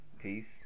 Peace